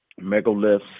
megaliths